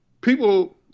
people